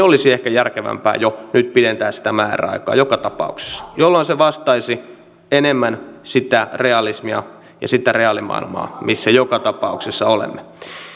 olisi ehkä järkevämpää jo nyt pidentää sitä määräaikaa joka tapauksessa jolloin se vastaisi enemmän sitä realismia ja sitä reaalimaailmaa missä joka tapauksessa olemme